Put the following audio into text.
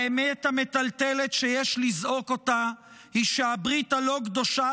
האמת המטלטלת שיש לזעוק אותה היא שהברית הלא-קדושה